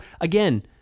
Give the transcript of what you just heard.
again